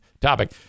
topic